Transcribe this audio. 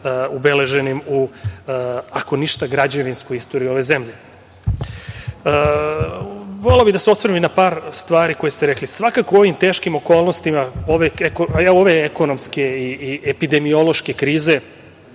ubeleženim, ako ništa, u građevinsku istoriju ove zemlje. Voleo bih da se osvrnem i na par stvari koje ste rekli, svakako u ovim teškim okolnostima, ove ekonomske i epidemiološke krize,